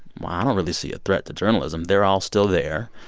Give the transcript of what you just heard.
well, i don't really see a threat to journalism. they're all still there.